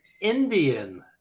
Indian